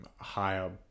higher